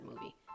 movie